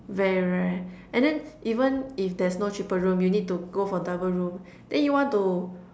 very rare and then even if there's no triple room you need to go for double room then you want to